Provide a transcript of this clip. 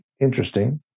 interesting